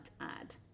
add